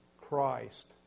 Christ